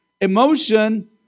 emotion